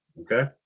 Okay